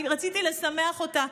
רציתי לשמח אותה.